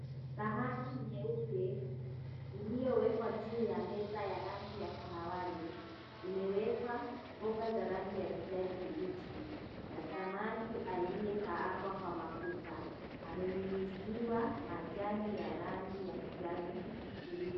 Sahani nyeupe iliyowekwa juu ya meza ya rangi ya kahawali imewekwa mboga za rangi ya kijani kibichi na samaki aliyekaangwa kwa mafuta amenyunyuziwa majani ya rangi ya kijani ili.